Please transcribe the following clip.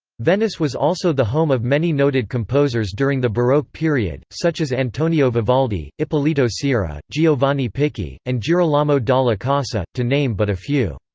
venice was also the home of many noted composers during the baroque period, such as antonio vivaldi, ippolito ciera, giovanni picchi, and girolamo dalla casa, to name but a few.